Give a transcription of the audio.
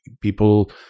people-